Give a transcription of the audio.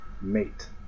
Mate